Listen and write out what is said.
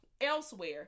elsewhere